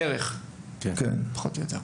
בערך, פחות או יותר.